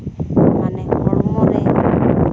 ᱢᱟᱱᱮ ᱦᱚᱲᱢᱚ ᱨᱮ